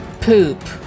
Poop